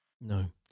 no